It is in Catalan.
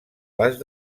les